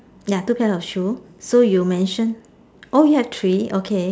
ya two pairs of shoe so you mentioned oh you have three okay